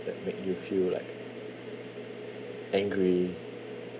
that make you feel like angry